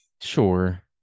Sure